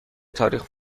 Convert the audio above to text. تاریخ